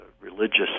religious